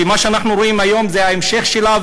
שמה שאנחנו רואים היום זה ההמשך שלה,